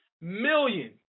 million